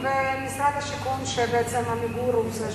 ומשרד השיכון, שבעצם "עמיגור" הוא זה,